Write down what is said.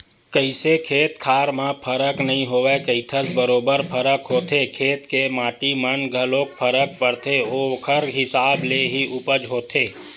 कइसे खेत खार म फरक नइ होवय कहिथस बरोबर फरक होथे खेत के माटी मन म घलोक फरक परथे ओखर हिसाब ले ही उपज होथे